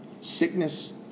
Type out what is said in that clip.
sickness